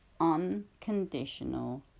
Unconditional